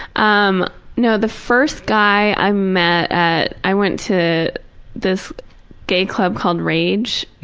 um no, the first guy i met at i went to this gay club called rage,